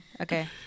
Okay